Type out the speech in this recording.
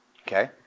Okay